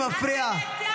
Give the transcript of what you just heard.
זה מפריע.